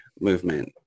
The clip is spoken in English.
movement